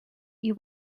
you